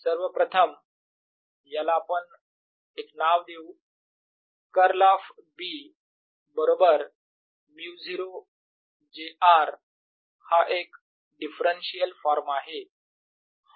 सर्वप्रथम याला आपण एक नाव देऊ कर्ल ऑफ B बरोबर μ0 j r हा एक डिफरंशियल फॉर्म आहे